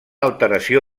alteració